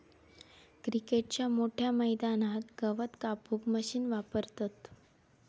क्रिकेटच्या मोठ्या मैदानात गवत कापूक मशीन वापरतत